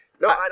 No